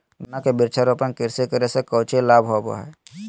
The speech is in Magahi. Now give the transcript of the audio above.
गन्ना के वृक्षारोपण कृषि करे से कौची लाभ होबो हइ?